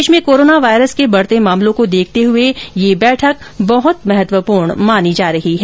देश में corona virus के बढ़ते मामलों को देखते हुए यह बैठक बहुत महत्वपूर्ण मानी जा रही है